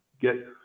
get